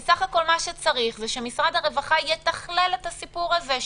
בסך הכול צריך שמשרד הרווחה יתכלל את הסיפור הזה,